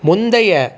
முந்தைய